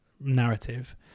narrative